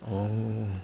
oh